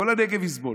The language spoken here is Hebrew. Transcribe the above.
כל הנגב יסבול.